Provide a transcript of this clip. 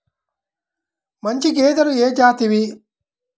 మంచి గేదెలు ఏ జాతివి?